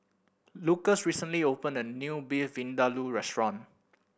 Lucas recently opened a new Beef Vindaloo Restaurant